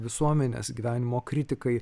visuomenės gyvenimo kritikai